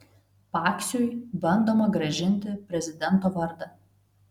paksiui bandoma grąžinti prezidento vardą